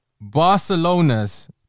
Barcelona's